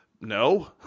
No